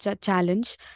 challenge